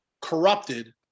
corrupted